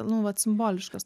nu vat simboliškas